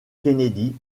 kennedy